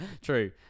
True